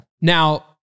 Now